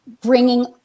bringing